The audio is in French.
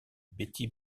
betty